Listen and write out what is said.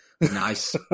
Nice